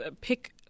Pick